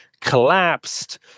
collapsed